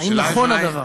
האם נכון הדבר?